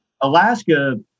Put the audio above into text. Alaska